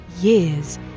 years